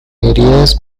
areas